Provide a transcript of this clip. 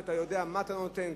כי אתה יודע מה אתה נותן,